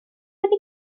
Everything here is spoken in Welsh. wedi